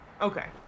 Okay